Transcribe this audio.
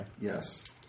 yes